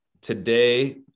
Today